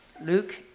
Luke